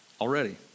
already